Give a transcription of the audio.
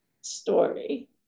story